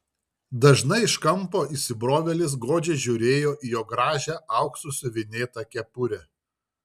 dažnai iš kampo įsibrovėlis godžiai žiūrėjo į jo gražią auksu siuvinėtą kepurę